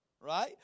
Right